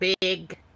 big